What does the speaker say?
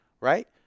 Right